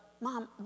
Mom